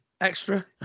extra